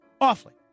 awfully